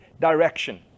direction